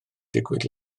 digwydd